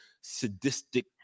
sadistic